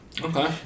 Okay